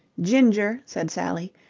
ginger, said sally,